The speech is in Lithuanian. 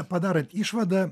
padarant išvadą